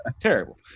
Terrible